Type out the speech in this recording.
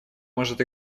может